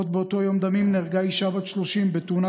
עוד באותו יום דמים נהרגה אישה בת 30 בתאונה